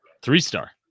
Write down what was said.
Three-star